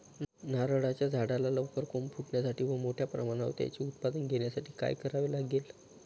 नारळाच्या झाडाला लवकर कोंब फुटण्यासाठी व मोठ्या प्रमाणावर त्याचे उत्पादन घेण्यासाठी काय करावे लागेल?